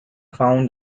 found